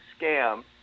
scam